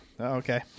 okay